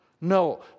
No